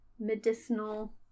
medicinal